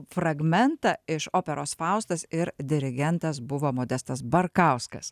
fragmentą iš operos faustas ir dirigentas buvo modestas barkauskas